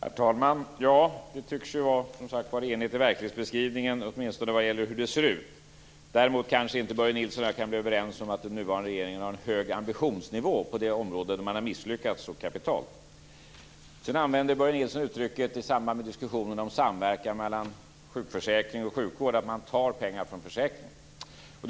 Herr talman! Ja, det tycks ju vara i enlighet med verklighetsbeskrivningen, åtminstone vad gäller hur det ser ut. Däremot kanske inte Börje Nilsson och jag kan bli överens om att den nuvarande regeringen har en hög ambitionsnivå på det område där man har misslyckats så kapitalet. I samband med diskussionen om samverkan mellan sjukförsäkring och sjukvård använde Börje Nilsson uttrycket att man tar pengar från försäkringarna.